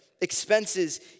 expenses